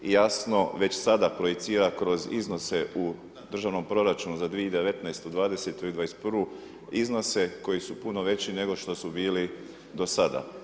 I jasno već sada projicira kroz iznose u državnom proračunu za 2019., '20. i '21. iznosi koji su puno veći nego što su bili do sada.